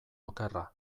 okerra